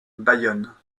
bayonne